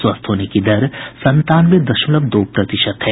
स्वस्थ होने की दर संतानवे दशमलव दो प्रतिशत है